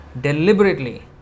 deliberately